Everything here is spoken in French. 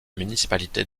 municipalité